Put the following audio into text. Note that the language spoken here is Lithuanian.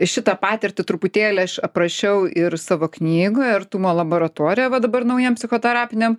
šitą patirtį truputėlį aš aprašiau ir savo knygoje artumo laboratorija va dabar naujam psichoterapiniam